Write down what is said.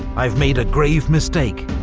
i've made a grave mistake,